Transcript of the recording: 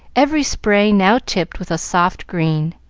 every spray now tipped with a soft green.